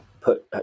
put